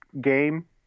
game